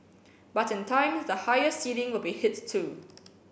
but in time the higher ceiling will be hit too